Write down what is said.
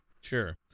Sure